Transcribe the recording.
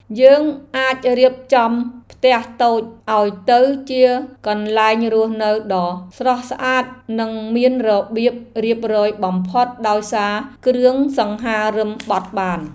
យើងអាចរៀបចំផ្ទះតូចឱ្យទៅជាកន្លែងរស់នៅដ៏ស្រស់ស្អាតនិងមានរបៀបរៀបរយបំផុតដោយសារគ្រឿងសង្ហារិមបត់បាន។